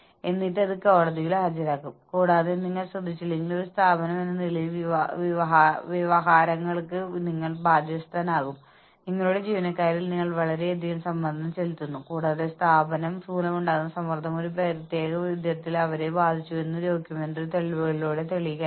ഗണിതശാസ്ത്ര വിശകലനം ഉപയോഗിച്ച് സ്ഥാപനത്തിന്റെ നിലവിലുള്ള സമ്പ്രദായങ്ങളെ അടിസ്ഥാനമാക്കി ഓരോ ജോലിയുടെയും ആപേക്ഷിക മൂല്യം കണക്കാക്കുന്നതിനെയാണ് പോളിസി ക്യാപ്ചറിംഗ് സൂചിപ്പിക്കുന്നത്